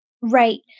Right